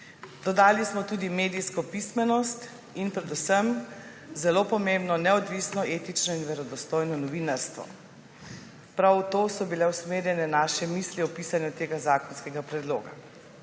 Dodali smo tudi medijsko pismenost in predvsem, zelo pomembno, neodvisno, etično in verodostojno novinarstvo. Prav v to so bile usmerjene naše misli ob pisanju tega zakonskega predloga.